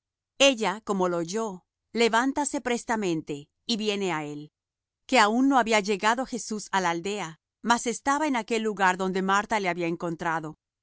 ella como lo oyó levántase prestamente y viene á él que aun no había llegado jesús á la aldea mas estaba en aquel lugar donde marta le había encontrado